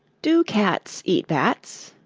do cats eat bats?